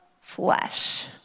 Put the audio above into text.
flesh